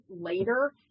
later